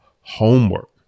homework